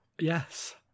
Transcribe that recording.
yes